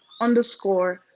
underscore